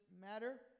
matter